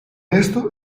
esto